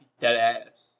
Deadass